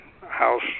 House